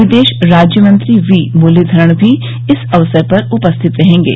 विदेश राज्यमंत्री वी मुरलीधरण भी इस अवसर पर उपस्थित रहेंगे